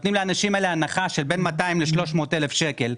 נותנים לאנשים האלה הנחה של בין 200,000 ל-300,000 שקל.